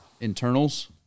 internals